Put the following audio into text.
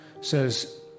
says